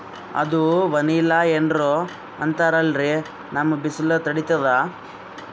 ಅದು ವನಿಲಾ ಏನೋ ಅಂತಾರಲ್ರೀ, ನಮ್ ಬಿಸಿಲ ತಡೀತದಾ?